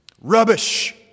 Rubbish